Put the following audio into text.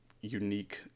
unique